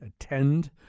attend